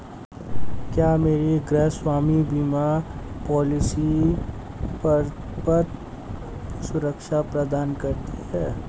क्या मेरी गृहस्वामी बीमा पॉलिसी पर्याप्त सुरक्षा प्रदान करती है?